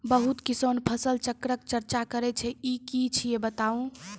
बहुत किसान फसल चक्रक चर्चा करै छै ई की छियै बताऊ?